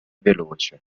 veloce